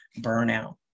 burnout